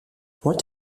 what